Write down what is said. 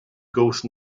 ghost